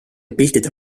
piltide